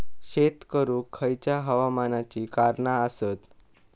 शेत करुक खयच्या हवामानाची कारणा आसत?